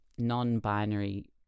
non-binary